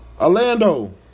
Orlando